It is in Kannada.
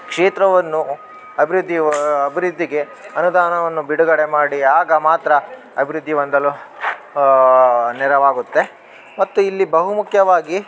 ಕ್ಷೇತ್ರವನ್ನು ಅಭಿವೃದ್ದಿ ಅಭಿವೃದ್ದಿಗೆ ಅನುದಾನವನ್ನು ಬಿಡುಗಡೆ ಮಾಡಿ ಆಗ ಮಾತ್ರ ಅಭಿವೃದ್ದಿ ಹೊಂದಲು ನೆರವಾಗುತ್ತೆ ಮತ್ತು ಇಲ್ಲಿ ಬಹುಮುಖ್ಯವಾಗಿ